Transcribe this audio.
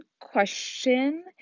question